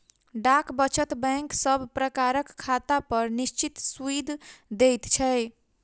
डाक वचत बैंक सब प्रकारक खातापर निश्चित सूइद दैत छै